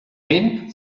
vent